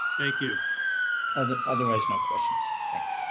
thank you other otherwise not questions, thanks.